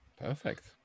perfect